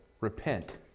Repent